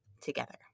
together